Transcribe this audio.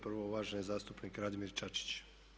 Prvo uvaženi zastupnik Radimir Čačić.